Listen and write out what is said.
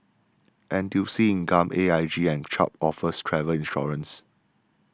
N T U C Income A I G and Chubb offers travel insurance